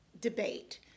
debate